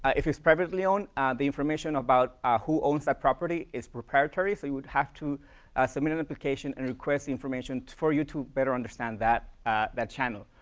if it's privately-owned, the information about who owns that property is proprietary, so you would have to submit an application and request the information for you to better understand that that channel.